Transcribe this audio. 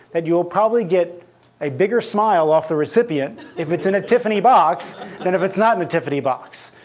that you'll probably get a bigger smile off the recipient if it's in a tiffany box than if it's not in a tiffany box.